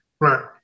Right